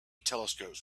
telescopes